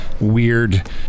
weird